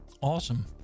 Awesome